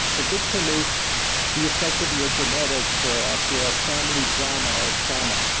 the victim is the effect of your genetics or of your family drama or trauma.